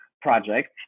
project